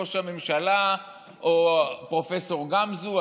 ראש הממשלה או פרופ' גמזו,